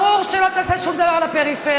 ברור שלא תעשה שום דבר לפריפריה.